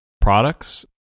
products